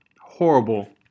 Horrible